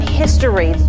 history